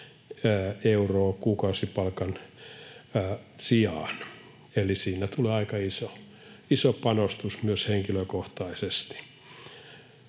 euron kuukausipalkan sijaan, eli siinä tulee aika iso panostus myös henkilökohtaisesti.